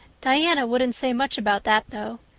diana wouldn't say much about that, though.